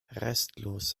restlos